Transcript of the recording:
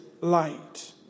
light